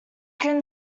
can